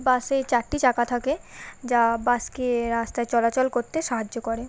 বাসে চারটি চাকা থাকে যা বাসকে রাস্তায় চলাচল করতে সাহায্য করে